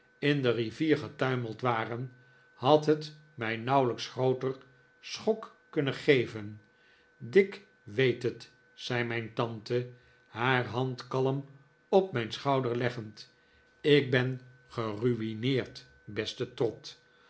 in de rivier getuimeld waren had het mij nauwelijks grooter schok kunnen geven dick weet het zei mijn tante haar hand kalm op mijn schouder leggend ik ben geruineerd beste trot